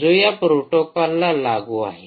जो या प्रोटोकॉलला लागू आहे